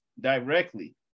directly